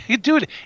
Dude